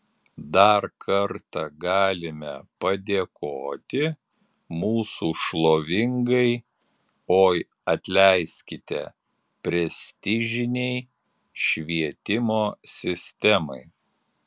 dar kartą galime padėkoti mūsų šlovingai oi atleiskite prestižinei švietimo sistemai